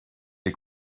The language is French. les